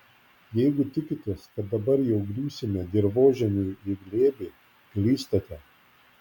jeigu tikitės kad dabar jau griūsime dirvožemiui į glėbį klystate